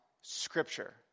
scripture